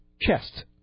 Chest